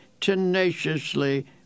tenaciously